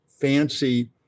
fancy